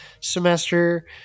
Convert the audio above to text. semester